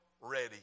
ready